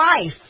life